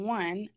one